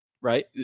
right